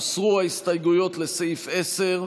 הוסרו ההסתייגויות לסעיף 10,